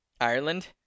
Ireland